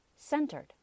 centered